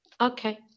Okay